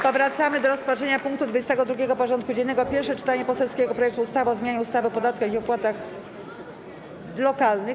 Powracamy do rozpatrzenia punktu 22. porządku dziennego: Pierwsze czytanie poselskiego projektu ustawy o zmianie ustawy o podatkach i opłatach lokalnych.